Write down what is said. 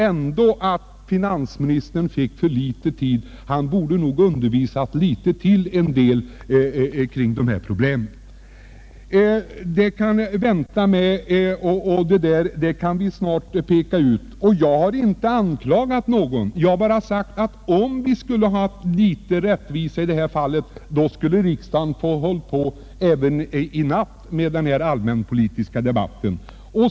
Finansministern fick enligt min mening för litet tid. Han borde nog ha undervisat en del ledamöter litet till kring de problem han berörde. Men det kan vi väl få exakt besked om senare. Jag har inte anklagat någon. Jag har bara sagt att om vi skulle ha lite rättvisa i detta fall, skulle riksdagen hålla på även i natt med den allmän-politiska debatten.